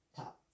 top